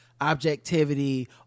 objectivity